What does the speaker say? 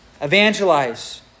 Evangelize